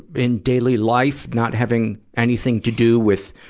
in daily life, not having anything to do with,